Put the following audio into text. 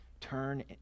turn